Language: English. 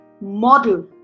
model